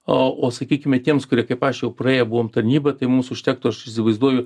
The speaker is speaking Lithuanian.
a o sakykime tiems kurie kaip aš jau praėję buvom tarnybą tai mums užtektų aš įsivaizduoju